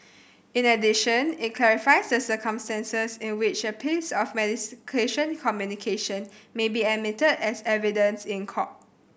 in addition it clarifies the circumstances in which a piece of mediation communication may be admitted as evidence in court